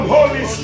Holy